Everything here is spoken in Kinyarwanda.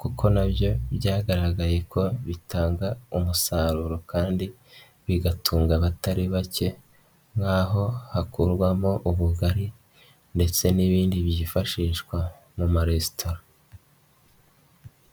kuko nabyo byagaragaye ko bitanga umusaruro kandi bigatunga abatari bake nkaho hakurwamo ubugari ndetse n'ibindi byifashishwa mu maresitora.